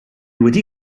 wedi